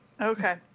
Okay